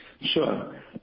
Sure